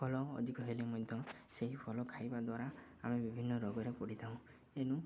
ଫଲ ଅଧିକ ହେଲେ ମଧ୍ୟ ସେହି ଫଲ ଖାଇବା ଦ୍ୱାରା ଆମେ ବିଭିନ୍ନ ରୋଗରେ ପଡ଼ିଥାଉ ଏନୁ